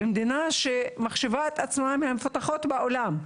במדינה שמחשיבה את עצמה מהמפותחות בעולם,